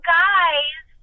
guys